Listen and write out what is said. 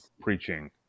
preaching